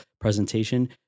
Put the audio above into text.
presentation